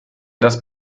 das